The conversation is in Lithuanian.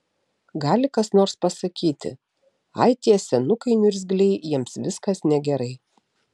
gali kas nors pasakyti ai tie senukai niurzgliai jiems viskas negerai